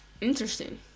Interesting